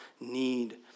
need